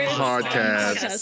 podcast